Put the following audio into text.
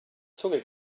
zunge